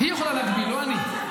היא יכולה להגביל, לא אני.